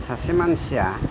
सासे मानसिया